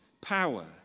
power